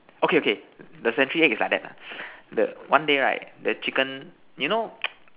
okay okay the century egg is like that lah the one day right the chicken you know